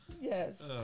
Yes